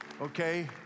Okay